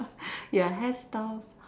ya hairstyle